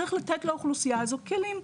צריך לתת לאוכלוסייה הזו כלים.